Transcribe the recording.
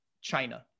China